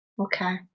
Okay